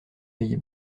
pays